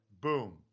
Boom